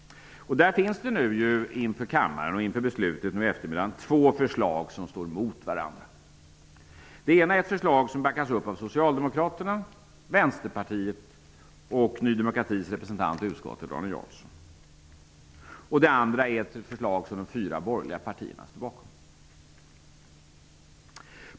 Inför beslutet i kammaren i eftermiddag finns det två förslag som står emot varandra. Det ena är ett förslag som backas upp av Socialdemokraterna, Vänsterpartiet och Ny demokratis representant i utskottet, Arne Jansson. Det andra är ett förslag som de fyra borgerliga partierna står bakom.